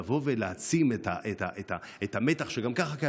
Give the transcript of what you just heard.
לבוא ולהעצים את המתח שגם ככה קיים